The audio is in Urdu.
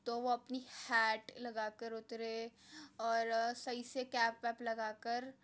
تو وہ اپنی ہیٹ لگا کر اترے اور صحیح سے کیپ ویپ لگا کر